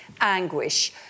anguish